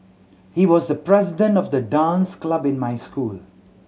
he was the president of the dance club in my school